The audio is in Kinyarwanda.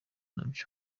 nabyo